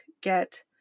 get